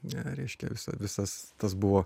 ir reiškia visa visas tas buvo